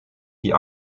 die